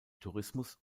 tourismus